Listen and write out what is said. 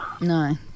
No